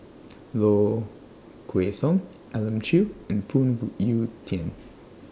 Low Kway Song Elim Chew and Phoon Yew Tien